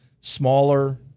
Smaller